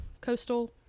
coastal